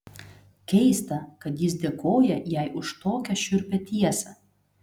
keista kad jis dėkoja jai už tokią šiurpią tiesą